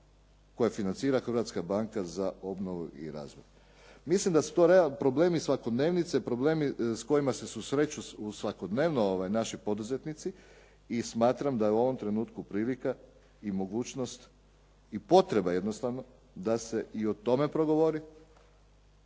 koje financira Hrvatska banka za obnovu i razvoj. Mislim da su to realni problemi svakodnevice, problemi s kojima se susreću svakodnevno naši poduzetnici i smatram da je u ovom trenutku prilika i mogućnost i potreba jednostavno da se i o tome progovori,